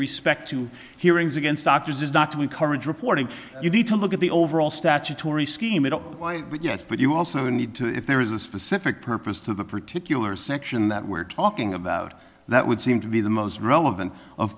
respect to hearings against doctors is not to encourage reporting you need to look at the overall statutory scheme it up by yes but you also need to if there is a specific purpose to the particular section that we're talking about that would seem to be the most relevant of